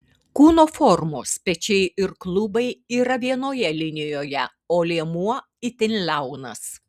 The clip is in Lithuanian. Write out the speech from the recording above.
kūno formos pečiai ir klubai yra vienoje linijoje o liemuo itin liaunas